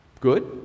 good